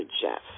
Jeff